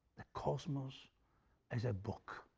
the cosmos as a book.